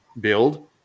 build